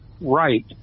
right